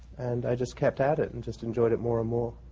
and i just kept at it and just enjoyed it more and more.